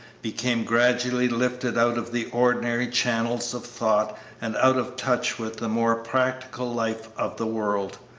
become gradually lifted out of the ordinary channels of thought and out of touch with the more practical life of the world.